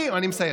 אני מסיים.